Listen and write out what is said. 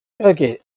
Okay